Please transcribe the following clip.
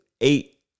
eight